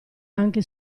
anche